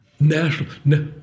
National